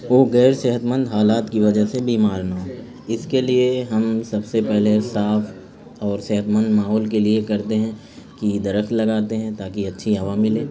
وہ غیر صحت مند حالات کی وجہ سے بیمار نہ ہو اس کے لیے ہم سب سے پہلے صاف اور صحت مند ماحول کے لیے کرتے ہیں کہ درخت لگاتے ہیں تاکہ اچھی ہوا ملے